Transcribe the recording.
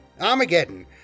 Armageddon